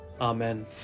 Amen